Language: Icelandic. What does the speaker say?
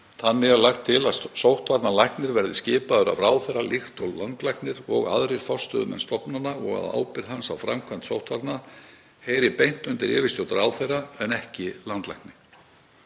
Þannig er lagt til að sóttvarnalæknir verði skipaður af ráðherra líkt og landlæknir og aðrir forstöðumenn stofnana og að ábyrgð hans á framkvæmd sóttvarna heyri beint undir yfirstjórn ráðherra en ekki landlækni.